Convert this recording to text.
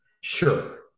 Sure